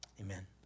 Amen